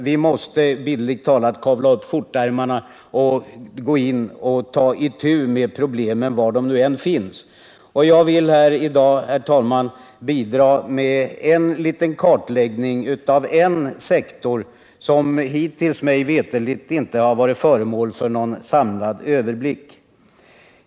Vi måste bildligt talat kavla upp skjortärmarna och ta itu med problemen var de än finns. Jag vill i dag bidra med en liten kartläggning av en sektor som hittills, mig veterligt, inte har varit föremål för någon samlad överblick.